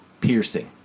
piercing